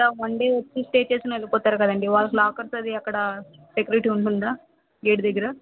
అక్కడ one day వచ్చిస్టే చేసి వెల్లిపోతారు కదండీ వాళ్లకి లాకర్స్ అవీ అక్కడా సెక్యురిటి ఉంటుందా గేటు దగ్గర